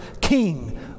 King